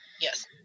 Yes